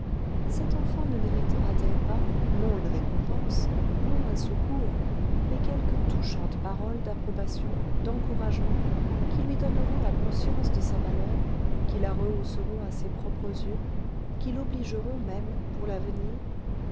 cette enfant ne méritera t elle pas non une récompense non un secours mais quelques touchantes paroles d'approbation d'encouragement qui lui donneront la conscience de sa valeur qui la rehausseront à ses propres yeux qui l'obligeront même pour l'avenir